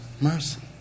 mercy